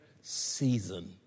season